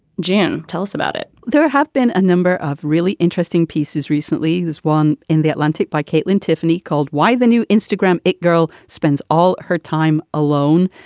jenn tell us about it there have been a number of really interesting pieces recently. there's one in the atlantic by caitlin tiffany called why the new instagram it girl spends all her time alone.